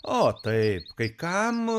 o taip kai kam